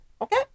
okay